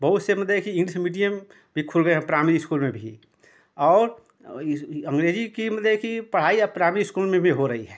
बहुत से मतलब कि इंग्लिस मीडियम भी खुल गए हैं प्राइमरी इस्कूल में भी और अंग्रेजी की मतलब की पढ़ाई अब प्राइमरी इस्कूल में भी हो रही है